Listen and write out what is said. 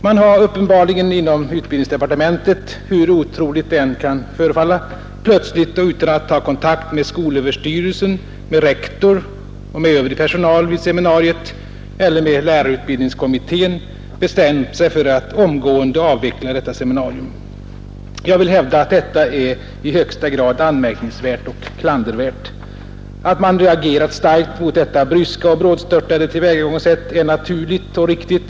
Man har uppenbarligen inom utbildningsdepartementet, hur otroligt det än kan förefalla, plötsligt och utan att ta kontakt med skolöverstyrelsen, med rektor eller med övrig personal vid seminariet eller med lärarutbildningskommittén bestämt sig för att omgående avveckla detta seminarium. Jag vill hävda att detta är i högsta grad anmärkningsvärt och klandervärt. Att man reagerat starkt mot detta bryska och brådstörtade tillvägagångssätt är naturligt och riktigt.